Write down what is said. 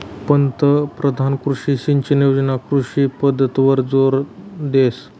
पंतपरधान कृषी सिंचन योजना कृषी पद्धतवर जोर देस